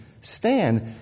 stand